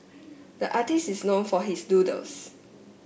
the artist is known for his doodles